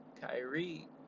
Kyrie